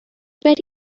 very